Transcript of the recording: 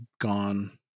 gone